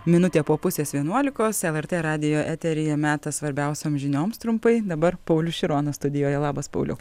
minutė po pusės vienuolikos lrt radijo eteryje metas svarbiausioms žinioms trumpai dabar paulius šironas studijoje labas pauliau